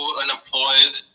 unemployed